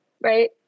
right